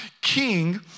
king